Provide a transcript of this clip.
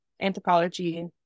anthropology